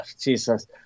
Jesus